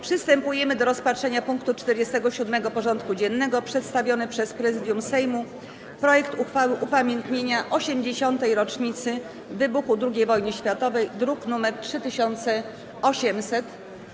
Przystępujemy do rozpatrzenia punktu 47. porządku dziennego: Przedstawiony przez Prezydium Sejmu projekt uchwały w sprawie upamiętnienia 80. rocznicy wybuchu II Wojny Światowej (druk nr 3800)